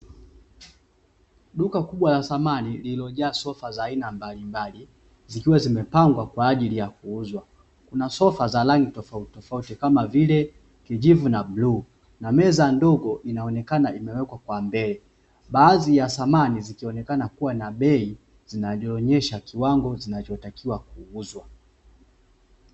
Duka kubwa la samani lililojaa sofa za aina mbalimbali, zikiwa zimepangwa kwa ajili ya kuuzwa. Kuna sofa za rangi fotautitofauti kama vile kijivu na bluu na meza ndogo inaonekana imewekwa kwa mbele. Baadhi ya samani zikionekana kuwa na bei, zinavyoonyesha kiwango kinachotakiwa kuuzwa.